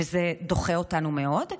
וזה דוחה אותנו מאוד,